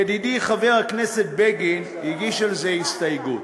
ידידי חבר הכנסת בגין הגיש על זה הסתייגות.